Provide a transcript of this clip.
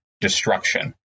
destruction